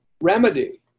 remedy